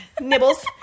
Nibbles